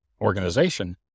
organization